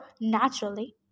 naturally